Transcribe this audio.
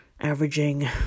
averaging